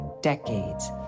decades